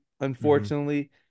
unfortunately